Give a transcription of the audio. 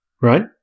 right